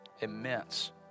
immense